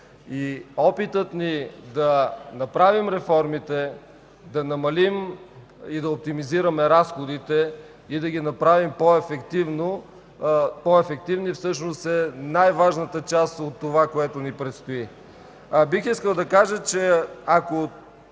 Опитът ни да направим реформите, да намалим и оптимизираме разходите и да ги направим по-ефективни, всъщност е най-важната част от онова, което ни предстои. Бих искал да кажа, че ако